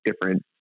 different